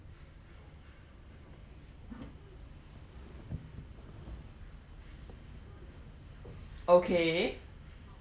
okay